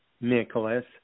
Nicholas